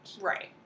Right